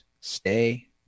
stay